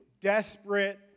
desperate